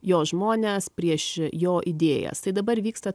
jo žmones prieš jo idėjas tai dabar vyksta